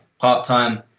part-time